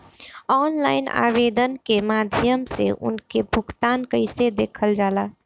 Online आवेदन के माध्यम से उनके भुगतान कैसे देखल जाला?